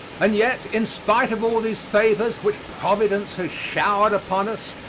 and yet in spite of all these favors which providence has showered upon us,